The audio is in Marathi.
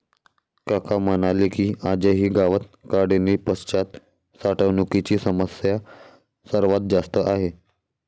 काका म्हणाले की, आजही गावात काढणीपश्चात साठवणुकीची समस्या सर्वात जास्त आहे